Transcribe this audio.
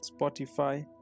Spotify